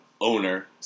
owner